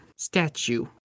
statue